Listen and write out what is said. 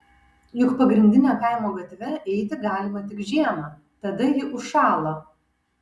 juk pagrindine kaimo gatve eiti galima tik žiemą tada ji užšąla